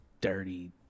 dirty